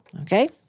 Okay